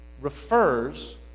refers